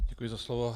Děkuji za slovo.